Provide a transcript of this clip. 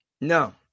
No